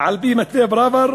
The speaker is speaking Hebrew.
על-פי מתווה פראוור.